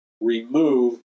remove